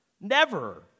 Never